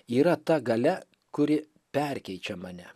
yra ta galia kuri perkeičia mane